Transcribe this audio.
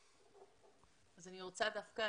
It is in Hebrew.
תודה.